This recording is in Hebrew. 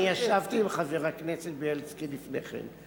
אני ישבתי עם חבר הכנסת בילסקי לפני כן.